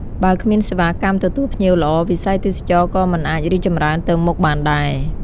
បើគ្មានសេវាកម្មទទួលភ្ញៀវល្អ វិស័យទេសចរណ៍ក៏មិនអាចរីកចម្រើនទៅមុខបានដែរ។